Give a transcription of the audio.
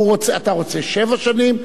אתה רוצה שבע שנים,